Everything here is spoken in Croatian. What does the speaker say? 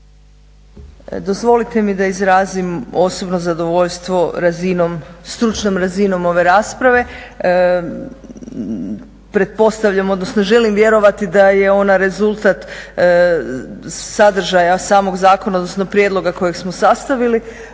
Dozvolite mi da izrazim osobno zadovoljstvo strunom razinom ove rasprave. Pretpostavljam odnosno želim vjerovati da je ona rezultat sadržaja samog zakona odnosno prijedloga kojeg smo sastavili.